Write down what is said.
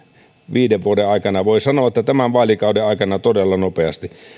viiden vuoden aikana voi sanoa että tämän vaalikauden aikana todella nopeasti